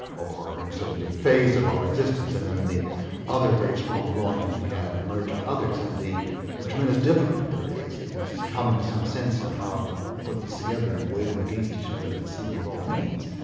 or in a certain phase of our existence, and then the other very strong longings we have emerge in others. and the the tremendous difficulty there is in coming to some sense of how to put this together and weigh them against each other and see what it all means.